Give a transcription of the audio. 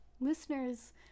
listeners